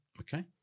Okay